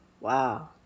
Wow